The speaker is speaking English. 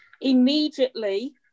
immediately